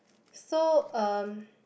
so um